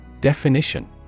Definition